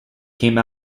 came